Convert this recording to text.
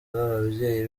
ababyeyi